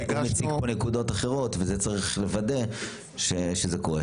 אתה מציג פה נקודות אחרות, וצריך לוודא שזה קורה.